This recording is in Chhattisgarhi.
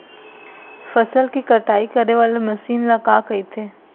फसल की कटाई करे वाले मशीन ल का कइथे?